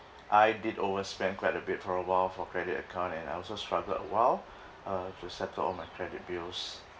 I did overspend quite a bit for awhile for credit account and I also struggled awhile uh to settle all my credit bills